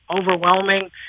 overwhelming